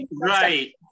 right